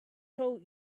told